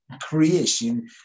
creation